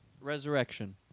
Resurrection